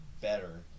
better